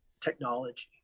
technology